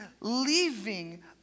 leaving